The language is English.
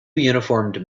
uniformed